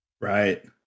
right